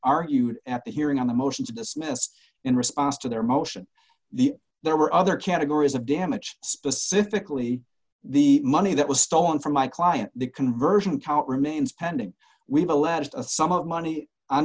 argued at the hearing on the motions dismissed in response to their motion the there were other categories of damage specifically the money that was stolen from my client the conversion count remains pending weevil as a sum of money